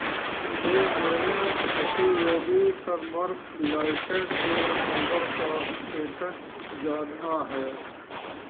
مجھے میرے nutty yogi turmeric latte کے آرڈر کا اسٹیٹس جاننا ہے